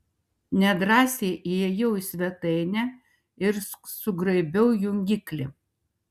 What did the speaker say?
nedrąsiai įėjau į svetainę ir sugraibiau jungiklį